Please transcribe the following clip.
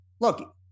Look